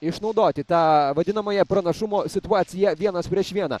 išnaudoti tą vadinamąją pranašumo situaciją vienas prieš vieną